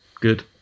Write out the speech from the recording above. Good